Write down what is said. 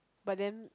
but then